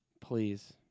please